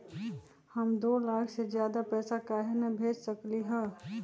हम दो लाख से ज्यादा पैसा काहे न भेज सकली ह?